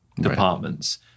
departments